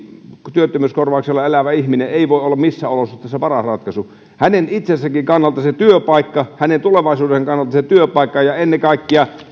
työttömyyskorvauksella elävä ihminen ei voi olla missään olosuhteissa paras ratkaisu hänen itsensäkin kannalta hänen tulevaisuutensa kannalta se työpaikka on se turva ja ennen kaikkea